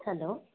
hello